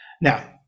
Now